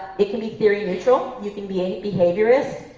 it can be theory neutral. you can be a behaviorist,